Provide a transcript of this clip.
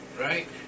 Right